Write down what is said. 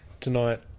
tonight